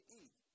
eat